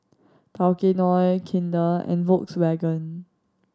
Tao Kae Noi Kinder and Volkswagen